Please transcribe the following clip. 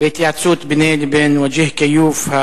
בהתייעצות ביני לבין וג'יה כיוף,